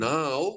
now